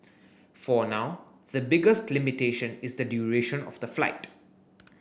for now the biggest limitation is the duration of the flight